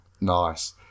nice